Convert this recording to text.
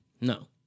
No